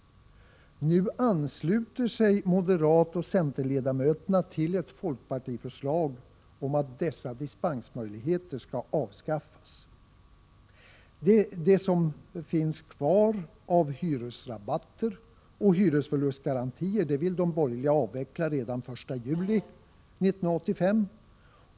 Nu ansluter sig moderatoch centerledamöterna i utskottet till ett folkpartiförslag om att dessa dispensmöjligheter avskaffas. Det som finns kvar av hyresrabatter och hyresförlustgarantier vill de borgerliga avveckla redan den 1 juli 1985.